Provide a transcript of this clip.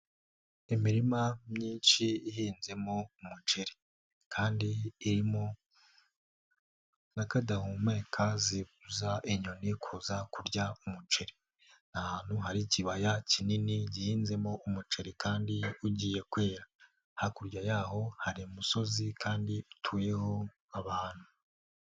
Imirima myinshi ihinzemo umuceri kandi irimo na kadahumeka zibuza inyoni kuza kurya umuceri, ni ahantu hari ikibaya kinini gihinzemo umuceri kandi ugiye kwera, hakurya yaho hari umusozi kandi utuyeho abantu.